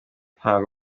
ntako